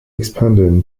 expanded